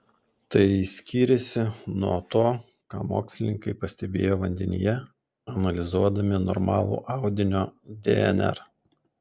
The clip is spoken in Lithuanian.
tai skyrėsi nuo to ką mokslininkai pastebėjo vandenyje analizuodami normalų audinio dnr